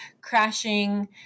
crashing